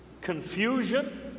confusion